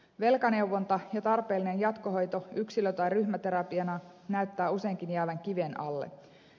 velkaneuvonta ja tarpeellinen jatkohoito yksilö tai ryhmäterapiana näyttää useinkin jäävän kiven alle